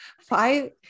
five